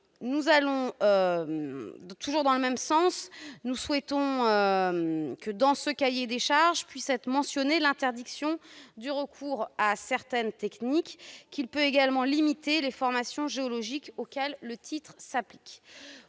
en souhaitant que ce cahier des charges puisse mentionner l'interdiction du recours à certaines techniques et limiter les formations géologiques auquel le titre s'applique.